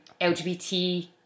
LGBT